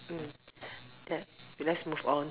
mm let let's move on